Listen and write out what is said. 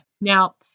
Now